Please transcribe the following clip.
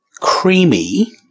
creamy